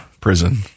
prison